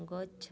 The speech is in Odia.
ଗଛ